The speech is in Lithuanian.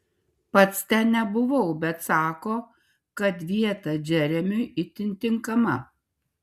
pats ten nebuvau bet sako kad vieta džeremiui itin tinkama